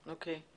הזדמנות שווה.